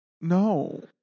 No